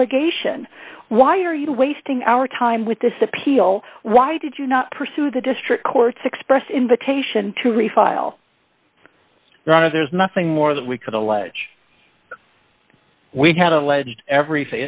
allegation why are you wasting our time with this appeal why did you not pursue the district court's expressed invitation to refile rather there's nothing more that we could allege we had alleged every